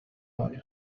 عالی